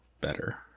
better